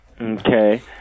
Okay